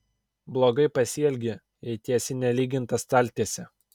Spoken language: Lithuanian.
blogai pasielgi jei tiesi nelygintą staltiesę